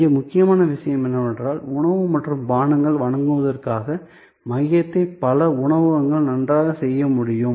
இங்கே முக்கியமான விஷயம் என்னவென்றால் உணவு மற்றும் பானங்களை வழங்குவதற்கான மையத்தை பல உணவகங்கள் நன்றாகச் செய்ய முடியும்